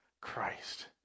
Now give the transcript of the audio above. Christ